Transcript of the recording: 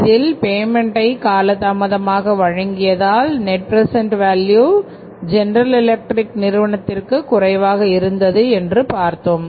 அதில் பேமென்ட்டை காலதாமதமாக வழங்கியதால் net present value General Electric நிறுவனத்திற்கு குறைவாக இருந்தது என்று பார்த்தோம்